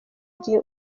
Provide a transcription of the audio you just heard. gihe